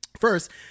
first